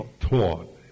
taught